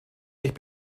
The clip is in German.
nicht